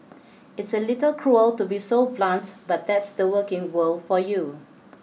it's a little cruel to be so blunt but that's the working world for you